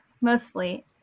mostly